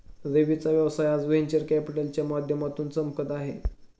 रवीचा व्यवसाय आज व्हेंचर कॅपिटलच्या माध्यमातून चमकत आहे